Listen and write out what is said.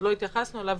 עוד לא התייחסנו אליו,